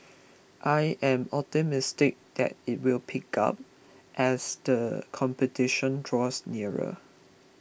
I am optimistic that it will pick up as the competition draws nearer